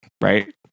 right